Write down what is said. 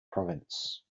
province